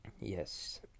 Yes